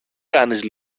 κάνεις